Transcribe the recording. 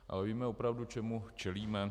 Ale víme opravdu, čemu čelíme?